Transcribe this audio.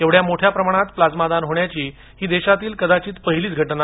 एवढ्या मोठ्या प्रमाणात प्लाझ्मा दान होण्याची ही देशातील कदाचित पहिलीच घटना